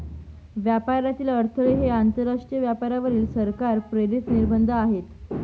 व्यापारातील अडथळे हे आंतरराष्ट्रीय व्यापारावरील सरकार प्रेरित निर्बंध आहेत